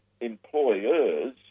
employers